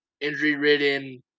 injury-ridden